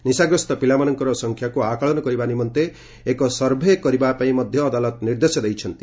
ନିଶାଗ୍ରସ୍ତ ପିଲାମାନଙ୍କର ସଂଖ୍ୟାକୁ ଅକଳନ କରିବା ନିମନ୍ତେ ଏକ ସର୍ଭେ କରିବା ପାଇଁ ମଧ୍ୟ ଅଦାଲତ ନିର୍ଦ୍ଦେଶ ଦେଇଛନ୍ତି